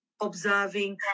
observing